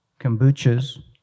kombuchas